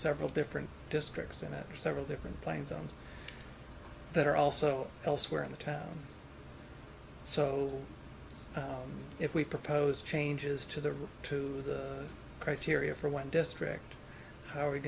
several different districts in it several different planes on that are also elsewhere in the town so if we propose changes to the route to the criteria for one district how are we